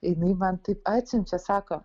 jinai man taip atsiunčia sako